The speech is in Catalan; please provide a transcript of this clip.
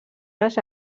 les